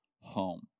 home